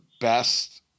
best